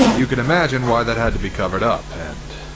you can imagine why that had to be covered up. and,